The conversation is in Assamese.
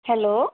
হেল্ল'